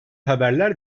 haberler